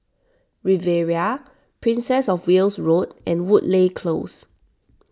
Riviera Princess of Wales Road and Woodleigh Close